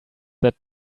that